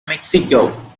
mexico